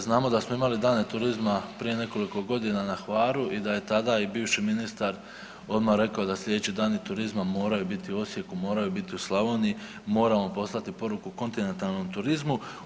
Znamo da smo imali Dane turizma prije nekoliko godina na Hvaru i da je tada i bivši ministar odmah rekao da sljedeći dani turizma moraju biti u Osijeku, moraju biti u Slavoniji, moramo poslati poruku kontinentalnom turizmu.